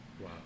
Wow